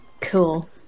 Cool